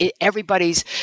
Everybody's –